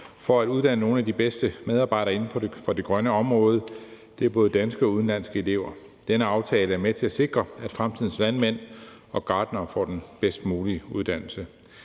for at uddanne nogle af de bedste medarbejdere inden for det grønne område – det er både danske og udenlandske elever. Denne aftale er med til at sikre, at fremtidens landmænd og gartnere får den bedst mulige uddannelse.